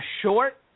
short